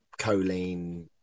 choline